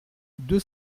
deux